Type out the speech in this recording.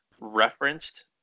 referenced